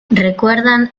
recuerdan